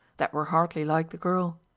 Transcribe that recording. that were hardly like the girl.